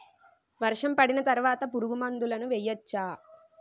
వర్షం పడిన తర్వాత పురుగు మందులను వేయచ్చా?